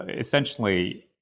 essentially